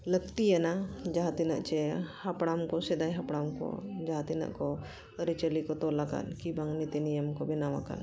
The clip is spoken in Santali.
ᱞᱟᱹᱠᱛᱤᱭᱟᱱᱟ ᱡᱟᱦᱟᱸ ᱛᱤᱱᱟᱹᱜ ᱪᱮ ᱦᱟᱯᱲᱟᱢ ᱠᱚ ᱥᱮᱫᱟᱭ ᱦᱟᱯᱲᱟᱢ ᱠᱚ ᱡᱟᱦᱟᱸ ᱛᱤᱱᱟᱹᱜ ᱠᱚ ᱟᱹᱨᱤᱪᱟᱹᱞᱤ ᱠᱚ ᱛᱚᱞᱟᱠᱟᱫ ᱠᱤᱵᱟᱝ ᱱᱤᱛᱤ ᱱᱤᱭᱚᱢ ᱠᱚ ᱵᱮᱱᱟᱣ ᱟᱠᱟᱫ